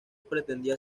pretendía